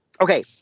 okay